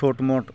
छोट मोट